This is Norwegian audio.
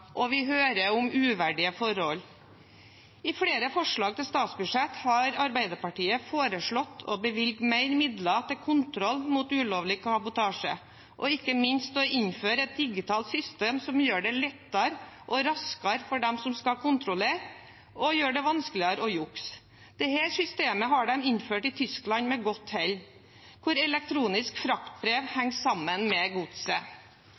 og vi hører om uverdige forhold. I flere forslag til statsbudsjett har Arbeiderpartiet foreslått å bevilge mer midler til kontroll mot ulovlig kabotasje og ikke minst å innføre et digitalt system som gjør det lettere og raskere for dem som skal kontrollere, og som gjør det vanskeligere å jukse. Dette systemet har de innført i Tyskland med godt hell, hvor elektronisk fraktbrev henger sammen med godset.